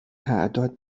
اعداد